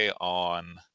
on